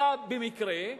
אלא במקרה,